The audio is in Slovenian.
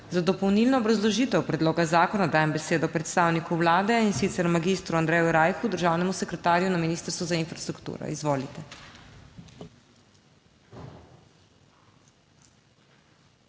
Za dopolnilno obrazložitev predloga zakona dajem besedo predstavniku Vlade, in sicer magistru Andreju Rajhu, državnemu sekretarju na Ministrstvu za infrastrukturo, izvolite.